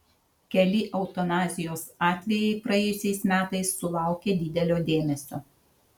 keli eutanazijos atvejai praėjusiais metais sulaukė didelio dėmesio